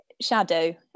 shadow